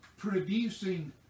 producing